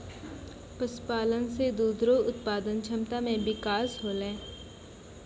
पशुपालन से दुध रो उत्पादन क्षमता मे बिकास होलै